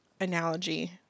analogy